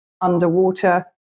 underwater